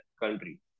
country